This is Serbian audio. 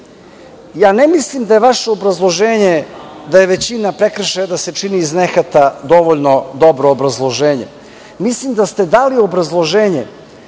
ne mislim da je vaše obrazloženje da se većina prekršaja čini iz nehata dovoljno dobro obrazloženje. Mislim, dali ste obrazloženje